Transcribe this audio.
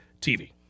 TV